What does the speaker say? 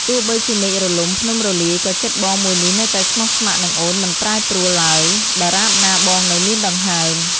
ទោះបីជាមេឃរលំ ភ្នំរលាយ ក៏ចិត្តបងមួយនេះនៅតែស្មោះស្ម័គ្រនឹងអូនមិនប្រែប្រួលឡើយ ដរាបណាបងនៅមានដង្ហើម។